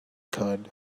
curd